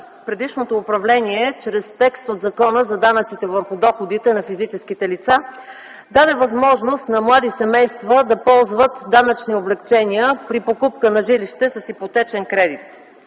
предишното управление чрез текст в Закона за данъците върху доходите на физическите лица даде възможност на млади семейства да ползват данъчни облекчения при покупка на жилище с ипотечен кредит.